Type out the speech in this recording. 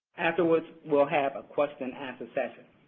afterwards, we'll have a question answer session.